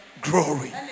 glory